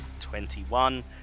Twenty-one